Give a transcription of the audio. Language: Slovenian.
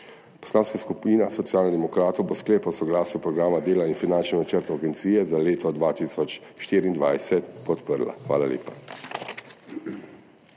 Poslanska skupina Socialnih demokratov bo sklep o soglasju k Programu dela in finančnem načrtu agencije za leto 2024 podprla. Hvala lepa.